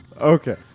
Okay